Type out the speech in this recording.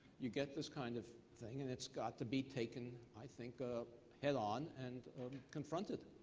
you get this kind of thing. and it's got to be taken, i think, ah head on and confronted.